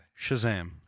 Shazam